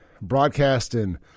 broadcasting